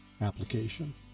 application